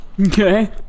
Okay